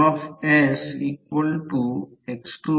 5 आहे याचा अर्थ मिन लेंथ या बाजूने येथून येथे 20 1